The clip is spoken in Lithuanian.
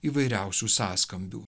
įvairiausių sąskambių